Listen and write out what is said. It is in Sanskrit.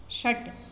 षट्